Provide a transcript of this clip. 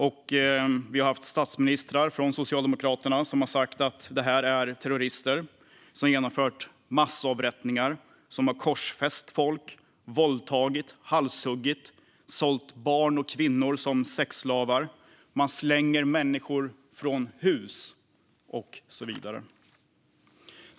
Socialdemokratiska statsministrar har sagt att dessa individer är terrorister som har genomfört massavrättningar, korsfäst människor, våldtagit, halshuggit människor, sålt barn och kvinnor som sexslavar, slängt människor från hus och så vidare.